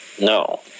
No